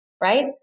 right